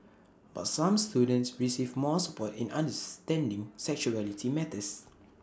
but some students receive more support in understanding sexuality matters